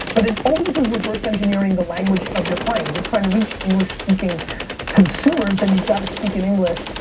but it always is reverse engineering the language of your client. if you're trying to reach english speaking consumers, then you gotta speak in english,